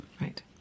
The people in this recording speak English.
Right